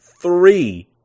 three